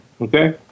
okay